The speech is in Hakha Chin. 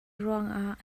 ruangah